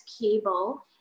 cable